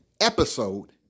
episode